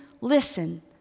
listen